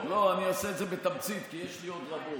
לא, אני אעשה את זה בתמצית, כי יש לי עוד רבות.